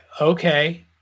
okay